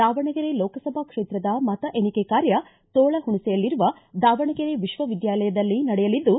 ದಾವಣಗೆರೆ ಲೋಕಸಭಾ ಕ್ಷೇತ್ರದ ಮತ ಎಣಿಕೆ ಕಾರ್ಯ ತೋಳಹುಣಸೆಯಲ್ಲಿರುವ ದಾವಣಗೆರೆ ವಿಶ್ವವಿದ್ಯಾಲಯದಲ್ಲಿ ನಡೆಯಲಿದ್ದು